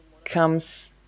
comes